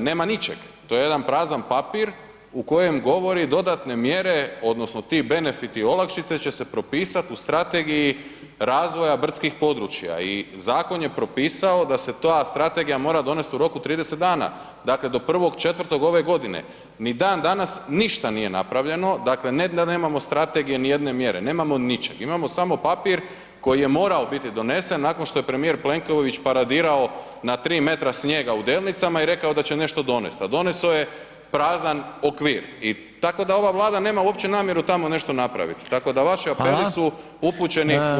nema ničeg, to je jedan prazan papir u kojem govori dodatne mjere odnosno ti benefiti i olakšice će se propisat u strategiji razvoja brdskih područja i zakon je propisao da se ta strategija mora donest u roku 30 dana, dakle do 1.4. ove godine, ni dan danas nije ništa napravljeno, dakle ne da nemamo strategije, ni jedne mjere, nemamo ničeg, imamo samo papir koji je morao biti donesen nakon što je premijer Plenković paradirao na 3 metra snijega u Delnicama i rekao da će nešto donest, a doneso je prazan okvir i tako da ova Vlada nema uopće namjeru tamo nešto napravit, tako da [[Upadica: Hvala]] vaši apeli su upućeni u prazno.